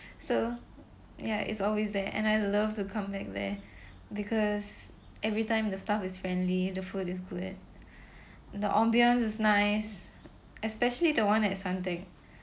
so ya it's always there and I love to come back there because every time the staff is friendly the food is good the ambiance is nice especially the one at suntec